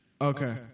Okay